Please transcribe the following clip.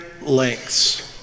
lengths